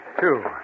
Two